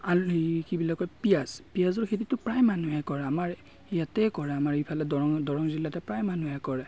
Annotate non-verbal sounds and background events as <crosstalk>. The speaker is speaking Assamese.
<unintelligible> কি বুলি কয় পিঁয়াজ পিঁয়াজৰ খেতিতো প্ৰায় মানুহে কৰে আমাৰ ইয়াতে কৰে আমাৰ ইফালে দৰং দৰং জিলাতে প্ৰায় মানুহে কৰে